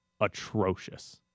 atrocious